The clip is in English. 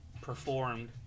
performed